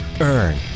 Earn